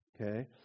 okay